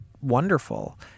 wonderful